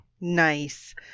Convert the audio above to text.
Nice